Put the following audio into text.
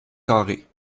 carrée